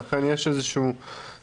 לכן יש איזה שהוא קשר.